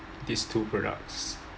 these two products